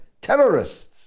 terrorists